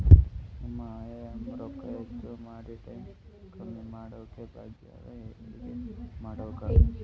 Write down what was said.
ನಮ್ಮ ಇ.ಎಂ.ಐ ರೊಕ್ಕ ಹೆಚ್ಚ ಮಾಡಿ ಟೈಮ್ ಕಮ್ಮಿ ಮಾಡಿಕೊ ಬೆಕಾಗ್ಯದ್ರಿ ಹೆಂಗ ಮಾಡಬೇಕು?